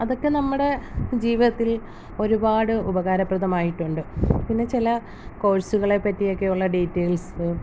അതൊക്കെ നമ്മുടെ ജീവിതത്തിൽ ഒരുപാട് ഉപകാരപ്രദമായിട്ടുണ്ട് പിന്നെ ചില കോഴ്സുകളെപ്പറ്റിയൊക്കെയുള്ള ഡീറ്റെയിൽസ്